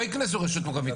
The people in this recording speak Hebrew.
לא יקנסו רשות מקומית.